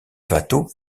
watteau